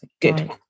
Good